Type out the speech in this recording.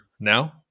now